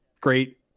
great